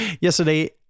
yesterday